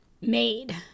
made